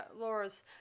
Laura's